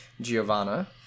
Giovanna